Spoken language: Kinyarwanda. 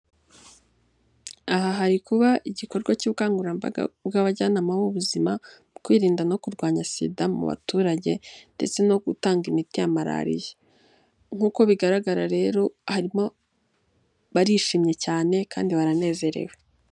Aha hari kuba igikorwa cy'ubukangurambaga bw'abajyanama b'ubuzima mu kwirinda no kurwanya sida mu baturage ndetse no gutanga imiti ya malariya nkuko bigaragara rero harimo barishimye cyane kandi baranezerewe.